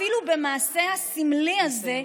אפילו במעשה הסמלי הזה,